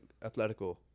Atletico